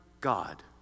God